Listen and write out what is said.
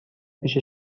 پیش